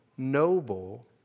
noble